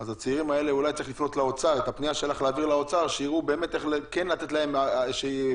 אז אולי צריך לפנות לאוצר כדי לתת להם תעדוף.